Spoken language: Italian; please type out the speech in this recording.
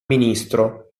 ministro